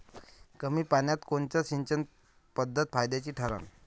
कमी पान्यात कोनची सिंचन पद्धत फायद्याची ठरन?